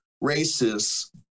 races